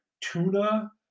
tuna